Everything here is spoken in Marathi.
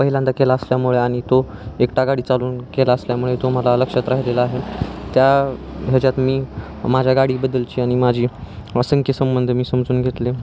पहिल्यांदा केला असल्यामुळे आणि तो एकटा गाडी चालवून केला असल्यामुळे तो मला लक्षात राहिलेला आहे त्या ह्याच्यात मी माझ्या गाडीबद्दलची आणि माझी असंख्य संंबंध मी समजून घेतले